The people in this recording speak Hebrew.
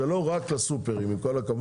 זה לא רק לסופרים, עם כל הכבוד.